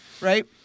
right